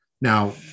Now